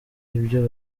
ibyo